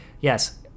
Yes